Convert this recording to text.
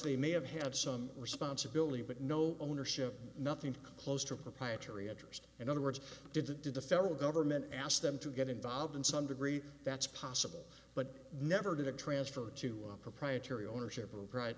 they may have had some responsibility but no ownership nothing close to a proprietary interest in other words did it did the federal government asked them to get involved in some degree that's possible but never to the transfer to a proprietary ownership of pride